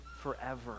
forever